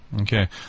Okay